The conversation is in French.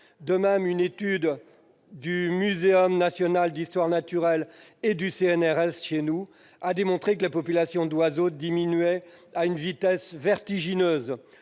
De même, une étude conjointe du Muséum national d'histoire naturelle et du CNRS a démontré que les populations d'oiseaux diminuaient « à une vitesse vertigineuse